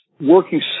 working